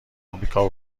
امریکا